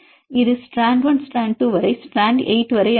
இது strand 1 strand 2 வரை strand 8 ஆகும்